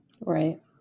Right